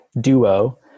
duo